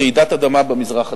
רעידת אדמה במזרח התיכון,